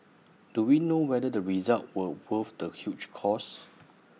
do we know whether the results were worth the huge cost